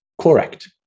Correct